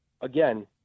again